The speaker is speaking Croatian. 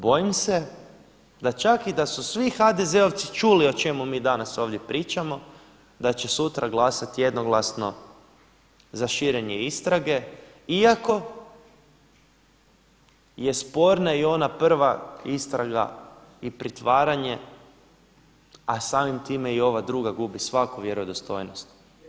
Bojim se da čak i da su svi HDZ-ovci čuli o čemu mi danas ovdje pričamo da će sutra glasati jednoglasno za širenje istrage iako je sporna i ona prva istraga i pritvaranje a samim time i ova druga gubi svaku vjerodostojnost.